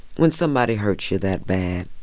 when somebody hurts you that bad,